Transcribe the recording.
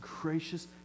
gracious